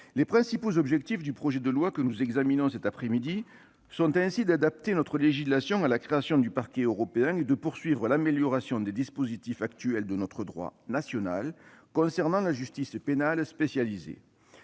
Les principaux objectifs du projet de loi que nous examinons cet après-midi sont ainsi d'adapter notre législation à la création du Parquet européen et de poursuivre l'amélioration des dispositifs actuels de notre droit national concernant la justice pénale spécialisée.